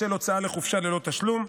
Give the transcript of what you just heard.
בשל הוצאה לחופשה ללא תשלום,